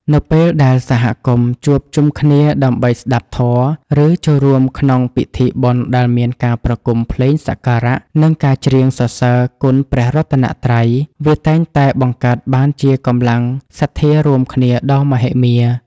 នៅពេលដែលសហគមន៍ជួបជុំគ្នាដើម្បីស្តាប់ធម៌ ឬចូលរួមក្នុងពិធីបុណ្យដែលមានការប្រគំភ្លេងសក្ការៈ និងការច្រៀងសរសើរគុណព្រះរតនត្រ័យ វាតែងតែបង្កើតបានជាកម្លាំងសទ្ធារួមគ្នាដ៏មហិមា។